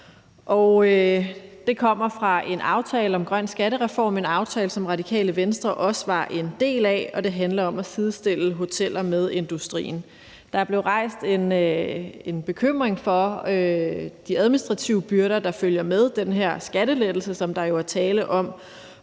Det kommer fra en aftale om grøn skattereform – en aftale, som Radikale Venstre også var en del af – og det handler om at sidestille hoteller med industrien. Der er blevet rejst en bekymring for de administrative byrder, der følger med den her skattelettelse, som der jo er tale om,